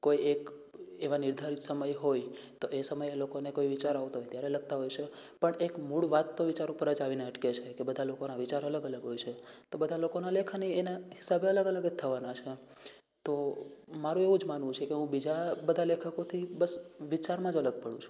કોઈ એક એવા નિર્ધારિત સમયે હોય તો એ સમયે એ લોકોને કોઈ વિચાર આવતાં હોય ત્યારે લખતાં હોય છે પણ એક મૂળ વાત તો વિચાર ઉપર આવીને જ અટકે છે કે બધાં લોકોના વિચારો અલગ અલગ હોય છે તો બધાં લોકોના લેખને એના હિસાબે અલગ અલગ જ થવાના છે તો મારું એવું જ માનવું છે કે હું બીજા બધા લેખકોથી બસ વિચારમાં જ અલગ પડું છું